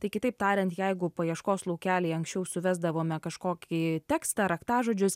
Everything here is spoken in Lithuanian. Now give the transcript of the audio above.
tai kitaip tariant jeigu paieškos laukelyje anksčiau suvesdavome kažkokį tekstą raktažodžius